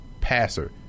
passer